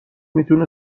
میتونه